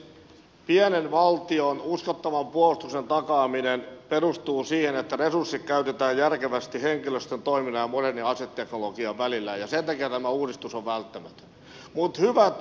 pienen valtion uskottavan puolustuksen takaaminen perustuu siihen että resurssit käytetään järkevästi henkilöstön toiminnan ja modernin aseteknologian välillä ja sen takia tämä uudistus on välttämätön